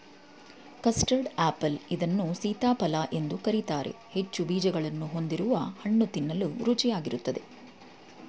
custard apple ಇದನ್ನು ಸೀತಾಫಲ ಎಂದು ಕರಿತಾರೆ ಹೆಚ್ಚು ಬೀಜಗಳನ್ನು ಹೊಂದಿರುವ ಹಣ್ಣು ತಿನ್ನಲು ರುಚಿಯಾಗಿರುತ್ತದೆ